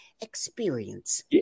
experience